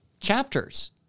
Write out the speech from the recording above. chapters